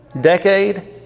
Decade